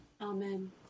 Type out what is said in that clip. Amen